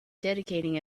dedicating